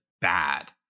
bad